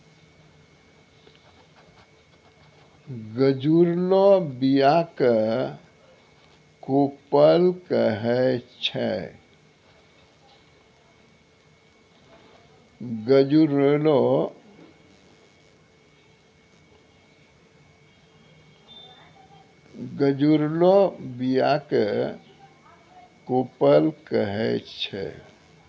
गजुरलो बीया क कोपल कहै छै